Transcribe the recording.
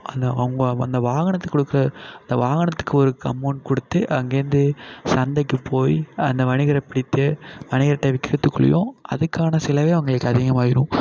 அந்த அவங்க வந்த வாகனத்துக்கு கொடுக்குற அந்த வாகனத்துக்கு ஒரு அமௌண்ட் கொடுத்து அங்கேயிருந்து சந்தைக்கு போய் அந்த வணிகரை பிடித்து வணிகர்கிட்ட விற்கிறதுக்குள்ளியும் அதுக்கான செலவே அவங்களுக்கு அதிகமாயிடும்